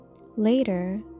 later